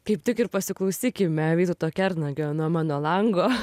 kaip tik ir pasiklausykime vytauto kernagio nuo mano lango